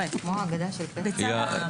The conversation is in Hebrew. קבועה כאן?